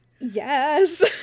Yes